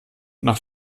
nach